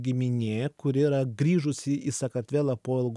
giminė kuri yra grįžusi į sakartvelą po